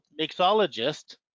mixologist